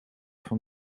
van